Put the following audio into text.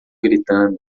gritando